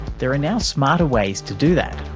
there are now smarter ways to do that.